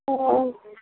ओ